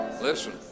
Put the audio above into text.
Listen